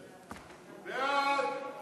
בעד.